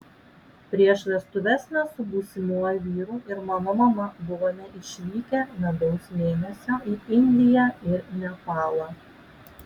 prieš vestuves mes su būsimuoju vyru ir mano mama buvome išvykę medaus mėnesio į indiją ir nepalą